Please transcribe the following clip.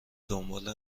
دنبال